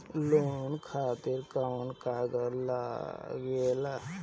Loan खातिर कौन कागज लागेला?